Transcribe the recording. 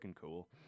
cool